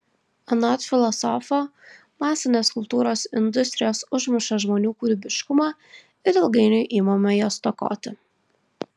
anot filosofo masinės kultūros industrijos užmuša žmonių kūrybiškumą ir ilgainiui imame jo stokoti